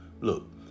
Look